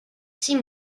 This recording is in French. six